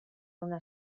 una